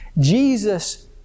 Jesus